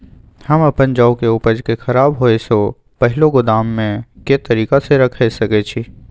हम अपन जौ के उपज के खराब होय सो पहिले गोदाम में के तरीका से रैख सके छी?